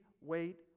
wait